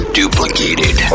duplicated